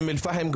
באום אל-פחם,